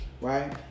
Right